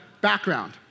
background